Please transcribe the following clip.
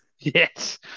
Yes